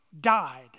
died